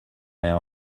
our